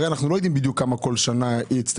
הרי אנחנו לא יודעים בדיוק כמה כל שנה יצטרכו,